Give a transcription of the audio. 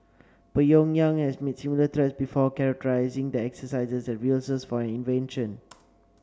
Pyongyang has made similar threats before characterising the exercises as rehearsals for an invasion